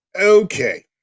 Okay